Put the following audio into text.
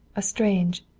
a strange,